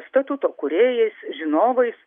statuto kūrėjais žinovais